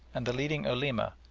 and the leading ulema,